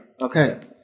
Okay